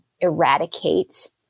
eradicate